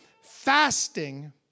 Fasting